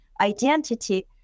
identity